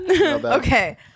okay